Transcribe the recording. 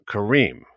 Kareem